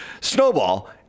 snowball